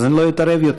אז אני לא אתערב יותר.